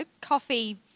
coffee